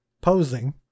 posing